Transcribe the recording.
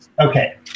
Okay